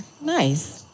Nice